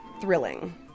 thrilling